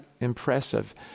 impressive